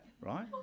right